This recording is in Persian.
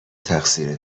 تقصیر